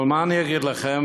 אבל מה אני אגיד לכם,